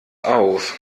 auf